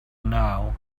now